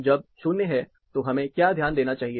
जब 0 है तो हमें क्या ध्यान देना चाहिए